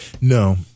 No